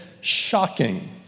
shocking